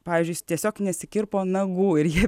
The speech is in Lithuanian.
pavyzdžiui jis tiesiog nesikirpo nagų ir ji